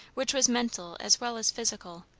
which was mental as well as physical,